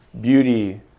beauty